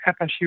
FSU